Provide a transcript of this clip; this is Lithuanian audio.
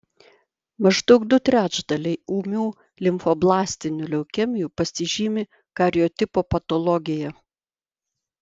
maždaug du trečdaliai ūmių limfoblastinių leukemijų pasižymi kariotipo patologija